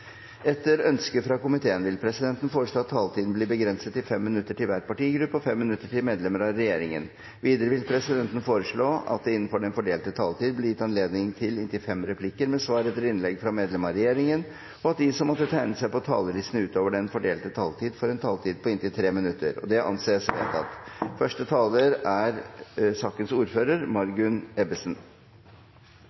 Etter ønske fra justiskomiteen vil presidenten foreslå at taletiden blir begrenset til 5 minutter til hver partigruppe og 5 minutter til medlemmer av regjeringen. Videre vil presidenten foreslå at det – innenfor den fordelte taletid – blir gitt anledning til inntil tre replikker med svar etter innlegg fra medlemmer av regjeringen, og at de som måtte tegne seg på talerlisten utover den fordelte taletid, får en taletid på inntil 3 minutter. – Det anses vedtatt. Utgangspunktet er